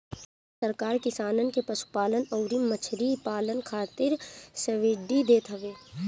इमे सरकार किसानन के पशुपालन अउरी मछरी पालन खातिर सब्सिडी देत हवे